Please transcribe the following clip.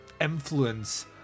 influence